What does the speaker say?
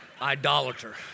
idolater